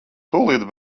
tūlīt